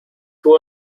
who